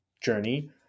journey